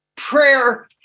Prayer